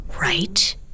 right